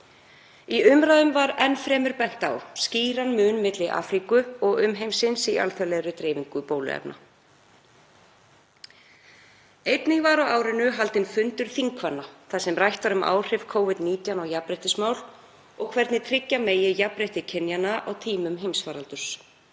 Í umræðum var enn fremur bent á skýran mun milli Afríku og umheimsins í alþjóðlegri dreifingu bóluefna. Einnig var á árinu haldinn fundur þingkvenna þar sem rætt um áhrif Covid-19 á jafnréttismál og hvernig tryggja megi jafnrétti kynjanna á tímum heimsfaraldurs.